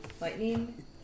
Lightning